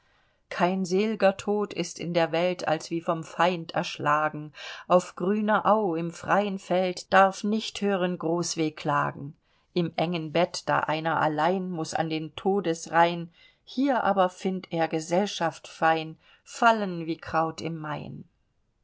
kein sel'grer tod ist in der welt als wie vom feind erschlagen auf grüner au im freien feld darf nicht hören groß wehklagen im engen bett da einer allein muß an den todesreih'n hier aber find't er gesellschaft fein fallen wie kraut im maien